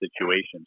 situations